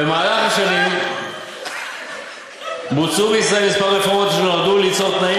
במהלך השנים בוצעו בישראל כמה רפורמות אשר נועדו ליצור תנאים